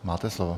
Máte slovo.